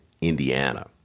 Indiana